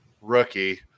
rookie